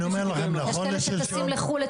אני אומר לכם נכון לשלום --- יש כאלה שטסים לחו"ל,